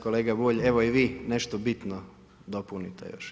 Kolega Bulj evo i vi nešto bitno dopunite još.